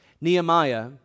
Nehemiah